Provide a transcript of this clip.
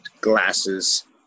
glasses